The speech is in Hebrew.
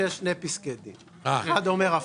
שיש שני פסקי דין; השני אומר הפוך.